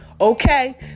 okay